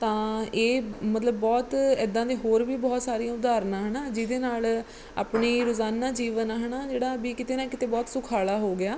ਤਾਂ ਇਹ ਮਤਲਬ ਬਹੁਤ ਇੱਦਾਂ ਦੇ ਹੋਰ ਵੀ ਬਹੁਤ ਸਾਰੀਆਂ ਉਦਾਹਰਨਾਂ ਹੈ ਨਾ ਜਿਹਦੇ ਨਾਲ ਆਪਣੀ ਰੋਜ਼ਾਨਾ ਜੀਵਨ ਆ ਹੈ ਨਾ ਜਿਹੜਾ ਵੀ ਕਿਤੇ ਨਾ ਕਿਤੇ ਬਹੁਤ ਸੁਖਾਲਾ ਹੋ ਗਿਆ